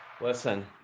Listen